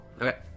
Okay